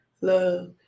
Love